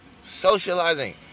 socializing